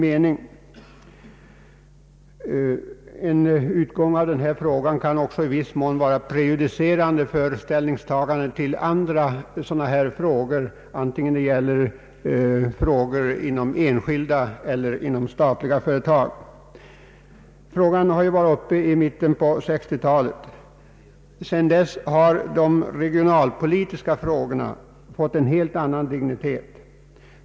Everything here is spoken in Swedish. Ett beslut i denna fråga kan i viss mån bli prejudicerande för ställningstaganden i andra liknande frågor, vare sig de gäller enskilda eller statliga företag. Denna fråga var senast uppe till behandling i mitten av 1960-talet. Sedan dess har de regionalpolitiska synpunkterna fått en helt annan dignitet.